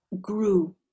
grew